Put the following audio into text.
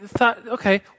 Okay